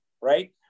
right